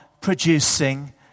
producing